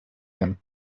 him